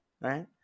right